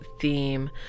theme